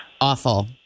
awful